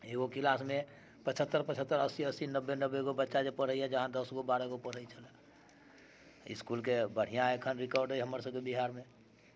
एगो किलासमे पचहत्तर पचहत्तर अस्सी अस्सी नबे नबे गो बच्चा जे पढ़ैया जहाँ दश गो बारहगो पढ़ैत छलया इसकुलके बढ़िआँ एखन रिकॉर्ड अइ हमर सबके बिहारमे